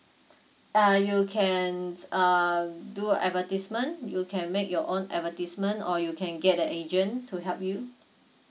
uh you can um do advertisement you can make your own advertisement or you can get the agent to help you